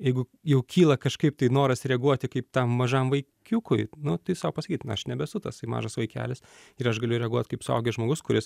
jeigu jau kyla kažkaip tai noras reaguoti kaip tam mažam vaikiukui nu tai sau pasakyt aš nebesu tas mažas vaikelis ir aš galiu reaguot kaip suaugęs žmogus kuris